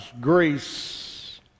grace